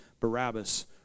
Barabbas